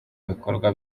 bikorwa